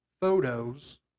photos